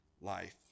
life